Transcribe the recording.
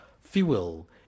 fuel